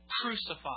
crucified